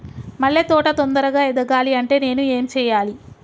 మల్లె తోట తొందరగా ఎదగాలి అంటే నేను ఏం చేయాలి?